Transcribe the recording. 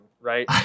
right